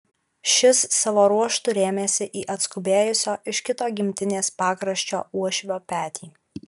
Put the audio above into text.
šis savo ruoštu rėmėsi į atskubėjusio iš kito gimtinės pakraščio uošvio petį